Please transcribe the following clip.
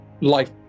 life